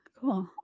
Cool